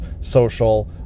social